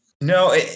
No